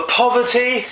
poverty